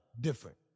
different